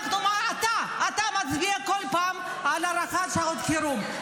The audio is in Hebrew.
אתה מצביע בכל פעם על הארכה לשעת חירום.